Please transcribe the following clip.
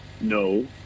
No